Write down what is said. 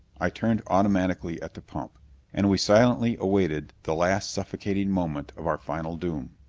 i turned automatically at the pump and we silently awaited the last suffocating moment of our final doom.